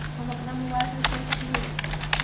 हम अपना मोबाइल से खोल सकली ह?